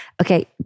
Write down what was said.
okay